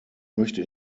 möchte